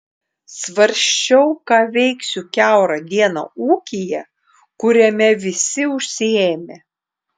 svarsčiau ką veiksiu kiaurą dieną ūkyje kuriame visi užsiėmę